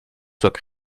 soient